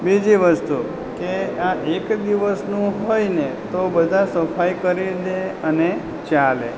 બીજી વસ્તુ કે આ એક દિવસનું હોયને તો બધા સફાઈ કરીને અને ચાલે